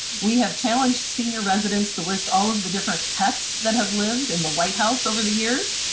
we have challenged senior residents to list all of the different pets that have lived in the white house over the years.